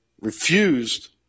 refused